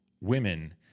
Women